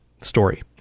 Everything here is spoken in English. story